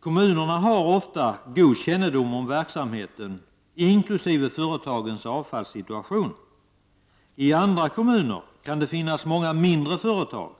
Kommunerna har ofta god kännedom om verksamheten inklusive företagens avfallssituation. I andra kommuner kan det finnas många mindre företag